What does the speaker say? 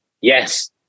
Yes